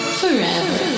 forever